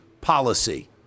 policy